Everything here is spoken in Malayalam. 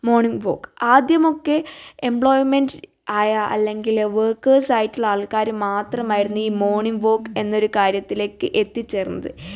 മോർണിംഗ് വോക്ക് ആദ്യമൊക്കെ എംപ്ലോയ്മെൻറ് ആയ അല്ലെങ്കിൽ വർക്കേഴ്സ് ആയിട്ടുള്ള ആൾക്കാർ മാത്രമായിരുന്നീ മോർണിംഗ് വോക്ക് എന്നൊരു കാര്യത്തിലേക്ക് എത്തിച്ചേർന്നത്